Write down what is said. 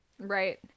Right